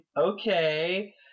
okay